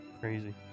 Crazy